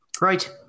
Right